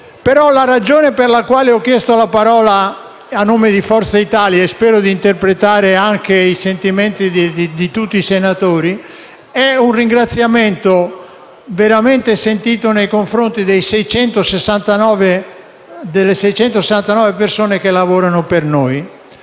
razionalizzazione. Ho chiesto, però, la parola a nome di Forza Italia - spero di interpretare anche i sentimenti di tutti i senatori - per fare un ringraziamento veramente sentito nei confronti delle 669 persone che lavorano per noi.